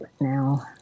now